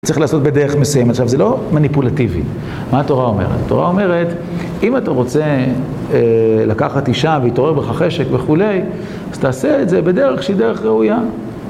צריך לעשות בדרך מסויימת עכשיו זה לא מניפולטיבי, מה התורה אומרת? התורה אומרת, אם אתה רוצה לקחת אישה והתעורר בך חשק וכולי, אז תעשה את זה בדרך שהיא דרך ראויה.